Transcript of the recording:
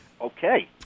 Okay